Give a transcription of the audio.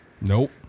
Nope